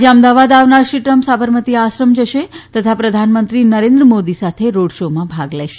આજે અમદાવાદ આવનારા શ્રી ટ્રમ્પ સાબરમતી આશ્રમ જશે તથા પ્રધાનમંત્રી નરેન્દ્ર મોદી સાથે રોડ શોમાં ભાગ લેશે